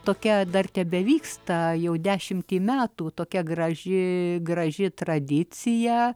tokia dar tebevyksta jau dešimtį metų tokia graži graži tradicija